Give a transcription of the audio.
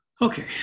Okay